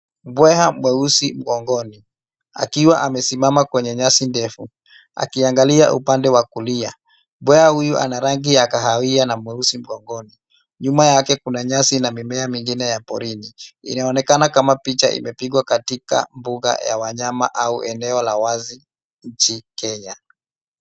Mbweha mweusi mgongoni, akiwa amesimama kwenye nyasi ndefu, akiangalia upande wa kulia. Mbweha huyu ana rangi ya kahawia na mweusi mgongoni. Nyuma yake kuna nyasi na mimea mingine ya porini. Inaonekana kama picha imepigwa katika mbuga ya wanyama au eneo la wazi nchini Kenya.